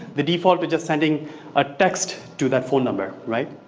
the default we're just sending a text to that phone number right?